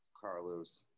Carlos